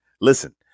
Listen